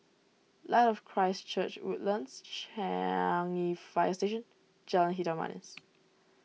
Light of Christ Church Woodlands Changi Fire Station Jalan Hitam Manis